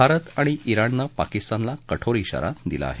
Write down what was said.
भारत आणि जिणनं पाकिस्तानला कठोर जिारा दिला आहे